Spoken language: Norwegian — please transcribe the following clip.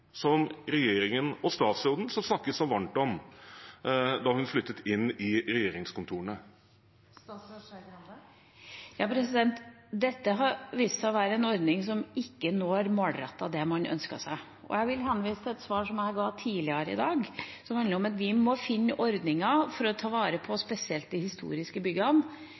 regjeringen, og som statsråden snakket så varmt om da hun flyttet inn i regjeringskontorene? Dette har vist seg å være en ordning der man ikke målrettet når det man ønsket seg. Jeg vil henvise til et svar som jeg ga tidligere i dag, som handlet om at vi må finne ordninger for spesielt å ta vare på de historiske byggene,